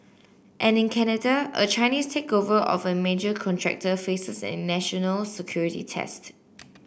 and in Canada a Chinese takeover of a major contractor faces a national security test